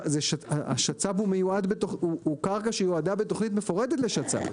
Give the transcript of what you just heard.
השצ"פ הוא קרקע שיועדה בתוכנית מפורטת לשצ"פ.